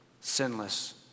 sinless